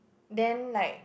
then like